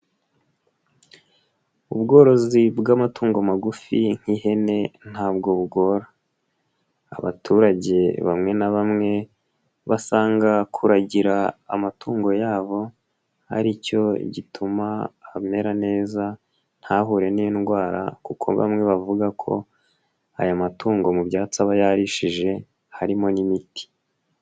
Ubworozi bw'amatungo magufi nk'ihene ntabwo bugora. Abaturage bamwe na bamwe, basanga kuragira amatungo yabo, ari cyo gituma amera neza, ntahure n'indwara kuko bamwe bavuga ko aya matungo mu byatsi aba yarishije, harimo n'imiti.